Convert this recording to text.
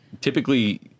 Typically